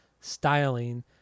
styling